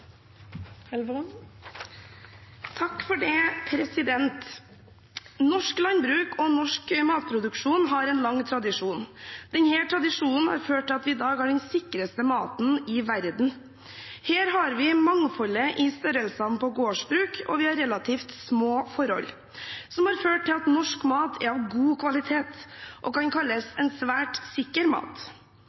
Norsk landbruk og norsk matproduksjon har en lang tradisjon. Denne tradisjonen har ført til at vi i dag har den sikreste maten i verden. Her har vi mangfold i størrelser på gårdsbruk, og vi har relativt små forhold, noe som har ført til at norsk mat er av god kvalitet og kan kalles en svært sikker mat.